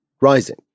rising